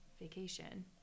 vacation